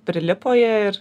prilipo jie ir